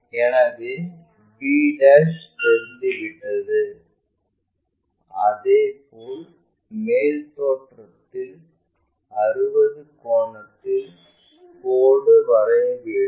எனவே b தெரிந்துவிட்டது அதேபோல் மேல் தோற்றத்திலும் 60 கோணத்தில் கோடு வரைய வேண்டும்